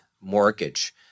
mortgage